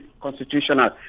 constitutional